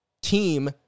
team